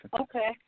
Okay